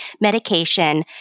medication